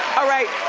all right.